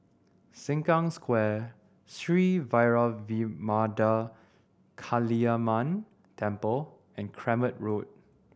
Sengkang Square Sri Vairavimada Kaliamman Temple and Kramat Road